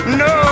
no